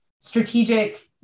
strategic